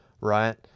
right